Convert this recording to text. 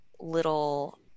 little